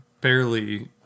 barely